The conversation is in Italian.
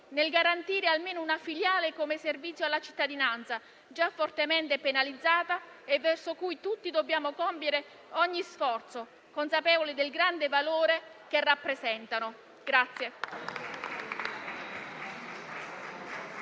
nel garantire loro almeno una filiale come servizio alla cittadinanza, già fortemente penalizzata e verso cui tutti dobbiamo compiere ogni sforzo, consapevoli del grande valore che rappresentano.